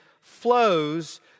flows